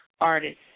artists